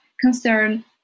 concern